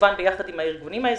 כמובן ביחד עם הארגונים האזרחיים.